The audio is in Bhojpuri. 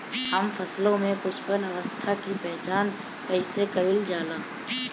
हम फसलों में पुष्पन अवस्था की पहचान कईसे कईल जाला?